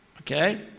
okay